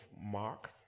Mark